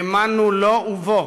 האמנו לו ובו,